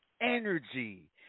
energy